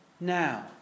now